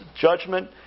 judgment